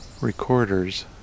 recorders